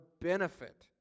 benefit